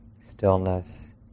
stillness